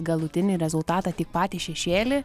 galutinį rezultatą tik patį šešėlį